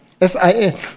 s-i-a